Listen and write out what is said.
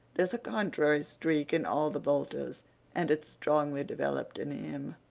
there's a contrary streak in all the boulters and it's strongly developed in him.